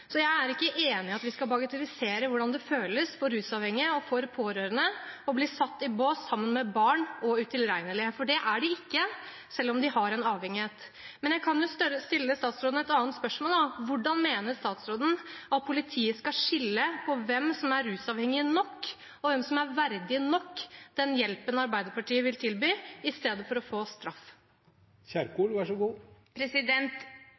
Så jeg er ikke enig i at vi skal bagatellisere hvordan det føles for rusavhengige – og for pårørende – å bli satt i bås med barn og utilregnelige, for det er de ikke, selv om de har en avhengighet. Men jeg kan stille statsråden et annet spørsmål: Hvordan mener statsråden at politiet skal skille på hvem som er rusavhengige nok, og hvem som er verdige nok den hjelpen Arbeiderpartiet vil tilby, i stedet for at de skal få straff?